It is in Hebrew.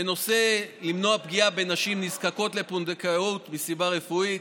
בנושא מניעת פגיעה בנשים הנזקקות לפונדקאות מסיבה רפואית,